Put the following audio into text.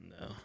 No